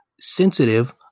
sensitive